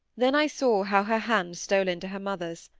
then i saw how her hand stole into her mother's,